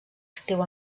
escriu